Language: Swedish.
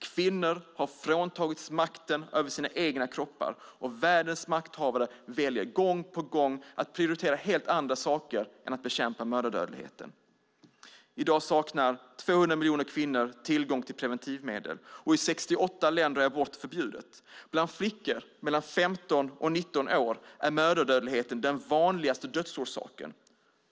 Kvinnor har fråntagits makten över sina egna kroppar, och världens makthavare väljer gång på gång att prioritera helt andra saker än att bekämpa mödradödligheten. I dag saknar 200 miljoner kvinnor tillgång till preventivmedel, och i 68 länder är abort förbjudet. Bland flickor mellan 15 och 19 år är mödradödlighet den vanligaste dödsorsaken.